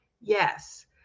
Yes